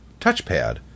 touchpad